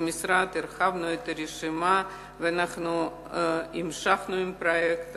במשרד הרחבנו את הרשימה והמשכנו עם הפרויקט,